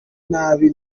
nabi